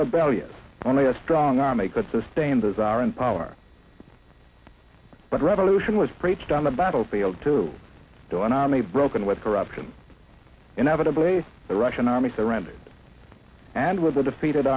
rebellious only a strong army could sustain those are in power but revolution was preached on the battlefield to do an army broken with corruption inevitably the russian army surrendered and with the defeated